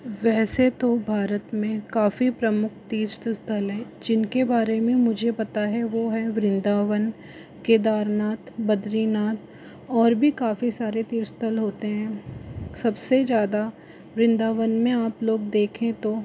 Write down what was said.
वैसे तो भारत में काफ़ी प्रमुख तीर्थ स्थल हैं जिनके बारे में मुझे पता है वह है वृन्दावन केदारनाथ बद्रीनाथ और भी काफ़ी सारे तीर्थ स्थल होते हैं सबसे ज़्यादा वृन्दावन में आप लोग देखें तो